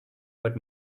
but